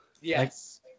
Yes